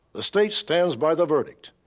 the state stands by the verdict,